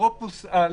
אפוטרופוס על,